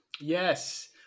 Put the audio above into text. Yes